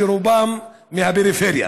שרובם מהפריפריה.